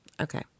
Okay